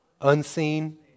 unseen